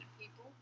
people